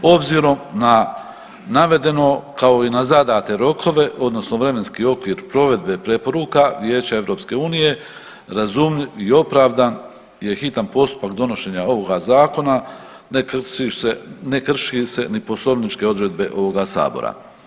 Obzirom na navedeno, kao i na zadate rokove odnosno vremenski okvir provedbe preporuka Vijeće EU razumljiv i opravdan je hitan postupak donošenja ovoga zakona ne krši se ni poslovničke odredbe ovoga sabora.